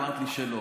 אמרת לי שלא.